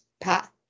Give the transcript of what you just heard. path